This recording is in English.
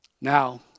Now